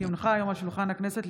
כי הונחה היום על שולחן הכנסת,